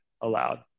aloud